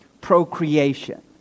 procreation